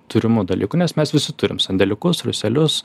turimu dalyku nes mes visi turim sandėliukus rūselius